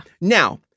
Now